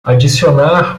adicionar